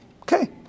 Okay